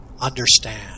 understand